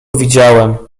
widziałem